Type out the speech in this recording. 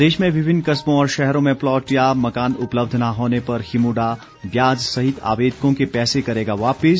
प्रदेश में विभिन्न कस्बों और शहरों में प्लाट या मकान उपलब्ध न होने पर हिमुडा ब्याज सहित आवेदकों के पैसे करेगा वापिस